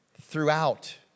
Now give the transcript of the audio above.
throughout